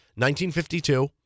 1952